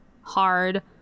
hard